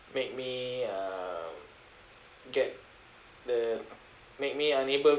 make me uh get the make me unable